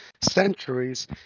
centuries